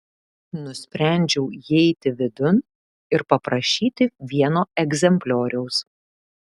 nusprendžiau įeiti vidun ir paprašyti vieno egzemplioriaus